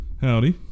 Howdy